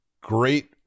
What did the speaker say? great